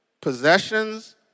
possessions